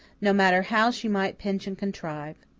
no matter how she might pinch and contrive.